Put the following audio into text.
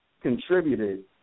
Contributed